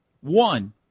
One